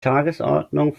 tagesordnung